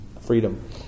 freedom